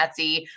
Etsy